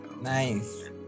Nice